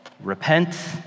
repent